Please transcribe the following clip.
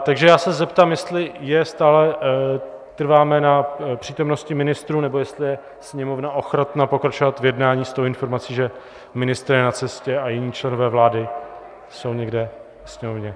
Takže já se zeptám, jestli stále trváme na přítomnosti ministrů, nebo jestli je sněmovna ochotna pokračovat v jednání s tou informací, že ministr je na cestě a jiní členové vlády jsou někde ve sněmovně.